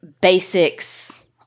basics